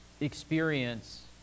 experience